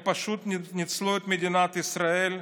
הם פשוט ניצלו את מדינת ישראל,